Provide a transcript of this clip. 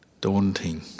daunting